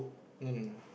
no no no